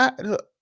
Look